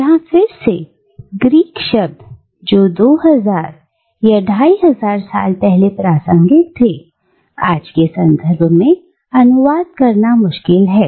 यहां फिर से ग्रीक शब्द जो 2000 2500 साल पहले प्रासंगिक थे आज के संदर्भ में अनुवाद करना मुश्किल है